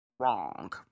Wrong